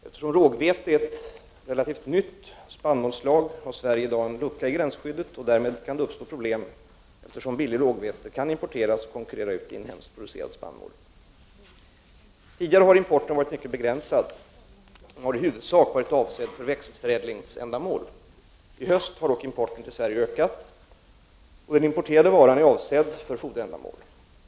Eftersom rågvete är ett relativt nytt spannmålsslag har Sverige i dag en lucka i gränsskyddet och därmed kan det uppstå problem, eftersom billigt rågvete kan importeras och konkurrera ut inhemskt producerad spannmål. Tidigare har importen varit mycket begränsad och har i huvudsak varit avsedd för växtförädlingsändamål. I höst har dock importen till Sverige ökat. Den importerade varan är avsedd för foderändamål.